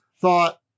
thought